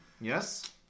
Yes